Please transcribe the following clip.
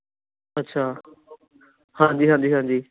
ਅੱਛਾ ਹਾਂਜੀ ਹਾਂਜੀ ਹਾਂਜੀ